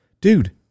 Dude